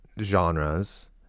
genres